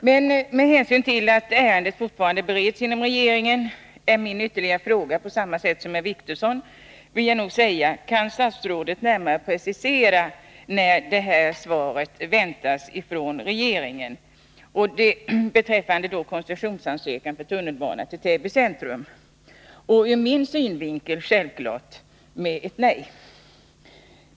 Men med hänsyn till att ärendet fortfarande bereds inom regeringen är min nästa fråga densamma som herr Wictorssons: Kan statsrådet närmare precisera när svaret beträffande koncessionsansökan för tunnelbana till Täby centrum är att vänta från regeringen? Ur min synvinkel måste svaret självfallet bli ett nej.